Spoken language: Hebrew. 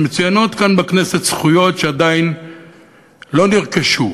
מצוינות כאן בכנסת זכויות שעדיין לא נרכשו,